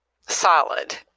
solid